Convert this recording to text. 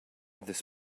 this